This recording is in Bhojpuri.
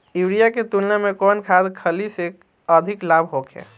यूरिया के तुलना में कौन खाध खल्ली से अधिक लाभ होखे?